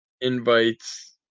invites